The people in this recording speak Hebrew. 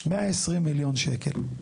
120 מיליון שקלים.